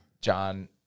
john